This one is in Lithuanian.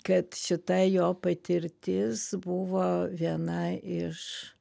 kad šita jo patirtis buvo viena iš